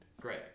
great